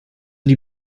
die